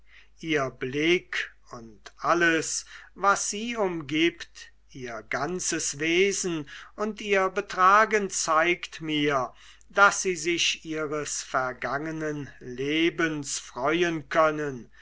ihr blick und alles was sie umgibt ihr ganzes wesen und ihr betragen zeigt mir daß sie sich ihres vergangenen lebens freuen können